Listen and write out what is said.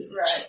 Right